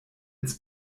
als